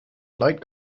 light